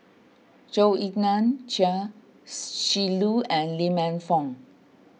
Zhou Ying Nan Chia Shi Lu and Lee Man Fong